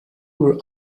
were